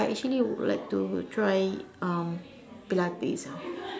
I actually would like to try um pilates ah